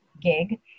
gig